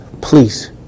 please